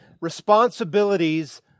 responsibilities